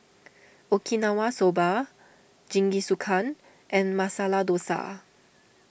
Okinawa Soba Jingisukan and Masala Dosa